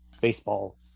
baseball